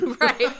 Right